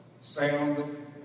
sound